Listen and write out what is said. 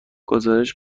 گزارش